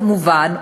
כמובן,